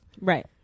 Right